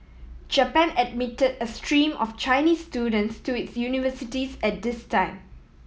Japan admitted a stream of Chinese students to its universities at this time